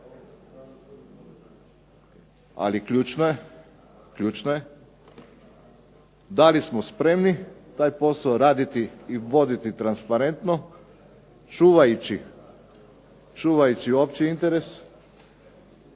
svima jasno. Ali ključno je da li smo spremni taj posao raditi i voditi transparentno čuvajući, čuvajući opći interes,